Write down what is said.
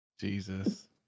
Jesus